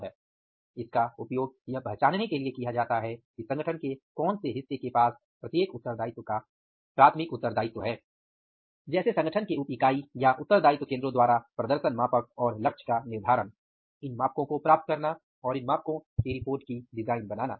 तो इसका उपयोग यह पहचानने के लिए किया जाता है कि संगठन के कौनसे हिस्से के पास प्रत्येक उद्देश्य का प्राथमिक उत्तरदायित्व है जैसे संगठन के उप इकाई या उत्तरदायित्व केंद्रों द्वारा प्रदर्शन मापक और लक्ष्य का निर्धारण इन मापकों को प्राप्त करना और इन मापको की रिपोर्ट की डिजाईन बनाना